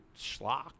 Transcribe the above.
schlock